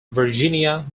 virginia